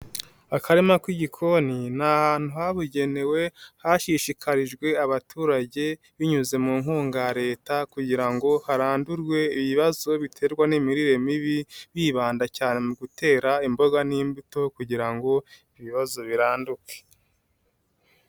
Akarima k'igikoni ni ahantu habugenewe hashishikarijwe abaturage binyuze mu nkunga ya leta kugira ngo harandurwe ibibazo biterwa n'imirire mibi, bibanda cyane ku gutera imboga n'imbuto kugira ngo ibibazo biranduke.